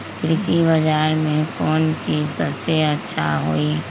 कृषि बजार में कौन चीज सबसे अच्छा होई?